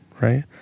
right